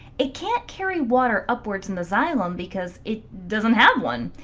it can't carry water upwards in the xylem because it doesn't have one.